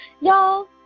Y'all